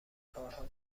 کارها